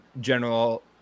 general